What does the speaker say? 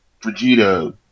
Vegeta